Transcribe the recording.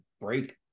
break